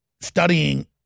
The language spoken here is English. studying